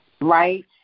right